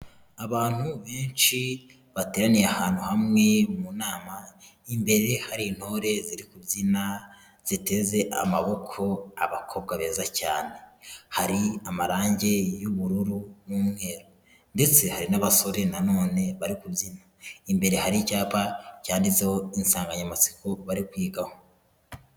Abantu benshi bateraniye ahantu hamwe mu nama, imbere hari intore ziri kubyina, ziteze amaboko, abakobwa beza cyane, hari amarange y'ubururu n'umweru ndetse hari n'abasore nanone bari kubyina, imbere hari icyapa byanditseho insanganyamatsiko bari kwigaho.